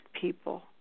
people